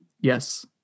Yes